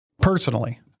Personally